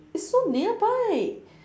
is so nearby